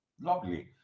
Lovely